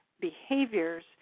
behaviors